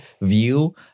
view